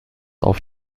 auf